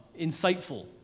insightful